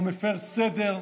או מפירי סדר,